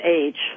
age